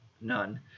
none